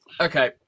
Okay